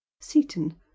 seaton